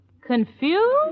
Confused